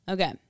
Okay